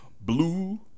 blue